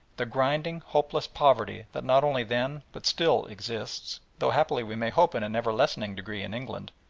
the grinding, hopeless poverty that not only then but still exists, though happily we may hope in an ever-lessening degree in england,